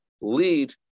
lead